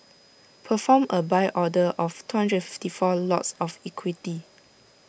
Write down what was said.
perform A buy order of two hundred and fifty four lots of equity